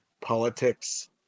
politics